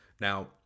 now